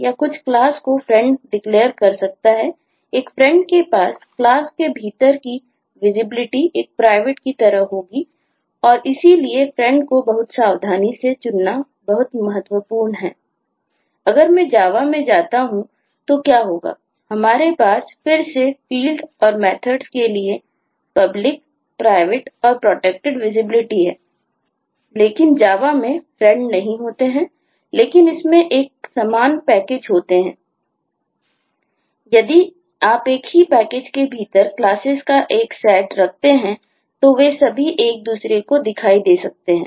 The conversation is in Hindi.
यह कुछ फ़ंक्शन रखते हैं तो वे सभी एक दूसरे को दिखाई दे सकते हैं